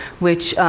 which,